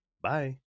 Bye